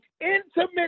intimate